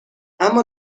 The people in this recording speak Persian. اما